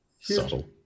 subtle